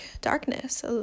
darkness